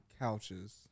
Couches